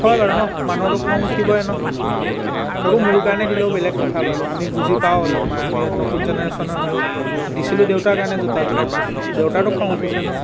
হয় বাৰু ন মানুহৰতো খং উঠিবই ন তাকো মোৰ কাৰণে দিলেও বেলেগ কথা বাৰু আমি বুজি পাওঁ অলপ আমি নতুন জেনেৰেশ্যনৰ হয় দিছিলো দেউতাৰ কাৰণে জোতাযোৰ দেউতাৰতো খং উঠিছে ন